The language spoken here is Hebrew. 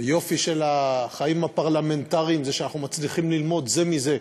היופי של החיים הפרלמנטריים זה שאנחנו מצליחים ללמוד זה מזה.